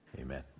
Amen